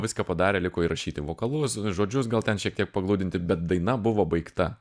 viską padarė liko įrašyti vokalus žodžius gal ten šiek tiek pagludinti bet daina buvo baigta